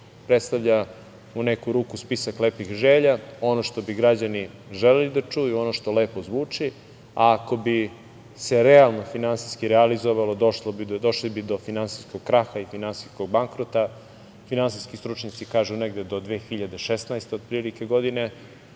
predstavlja u neku ruku spisak lepih želja, ono što bi građani želeli da čuju, ono što lepo zvuči, a ako bi se realno finansijski realizovalo došli bi do finansijskog kraha i finansijskog bankrota. Finansijski stručnjaci kažu negde do 2016. godine